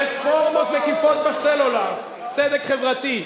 רפורמות מקיפות בסלולר, צדק חברתי.